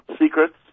secrets